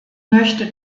möchte